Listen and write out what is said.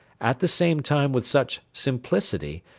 at the same time with such simplicity,